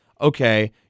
Okay